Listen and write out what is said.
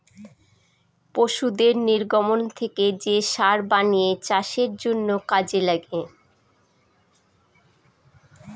পশুদের নির্গমন থেকে যে সার বানিয়ে চাষের জন্য কাজে লাগে